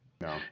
No